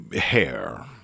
hair